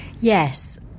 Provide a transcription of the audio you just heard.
Yes